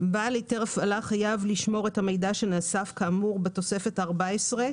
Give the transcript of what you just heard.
בעל היתר הפעלה חייב לשמור את המידע שנאסף כאמור בתוספת הארבע-עשרה